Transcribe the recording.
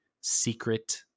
secret